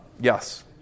yes